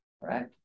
Right